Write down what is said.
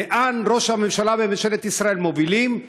לאן ראש הממשלה וממשלת ישראל מובילים,